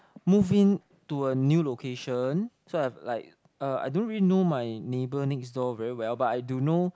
move in to a new location so I've like uh I don't really know my neighbour next door very well but I do know